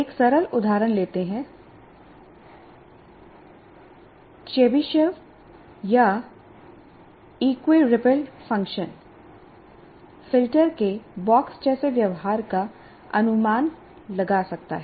एक सरल उदाहरण लेते हैं चेबीशेव या इक्वि रिपल फ़ंक्शन फ़िल्टर के बॉक्स जैसे व्यवहार का अनुमान लगा सकता है